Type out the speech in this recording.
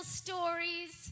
stories